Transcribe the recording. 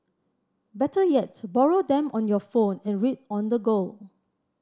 better yet borrow them on your phone and read on the go